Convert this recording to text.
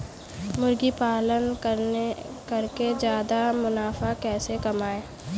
मुर्गी पालन करके ज्यादा मुनाफा कैसे कमाएँ?